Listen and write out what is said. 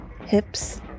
hips